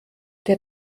der